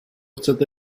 chcete